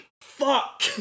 fuck